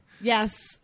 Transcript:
Yes